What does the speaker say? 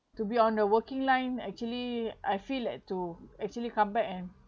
to be on the working line actually I feel had to actually come back and